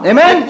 Amen